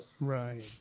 Right